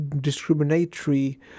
discriminatory